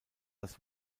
das